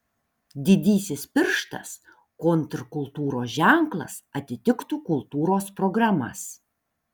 didysis pirštas kontrkultūros ženklas atitiktų kultūros programas